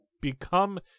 become